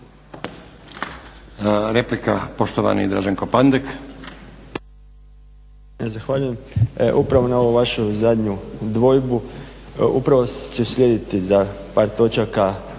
Replika, poštovani Draženko Pandek.